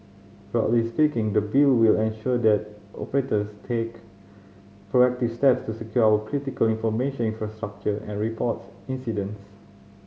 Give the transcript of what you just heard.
broadly speaking the Bill will ensure that operators take proactive steps to secure our critical information infrastructure and reports incidents